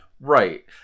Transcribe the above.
Right